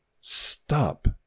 Stop